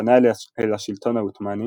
פנה אל השלטון העות'מאני